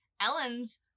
Ellen's